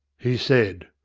he said.